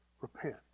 Repent